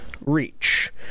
reach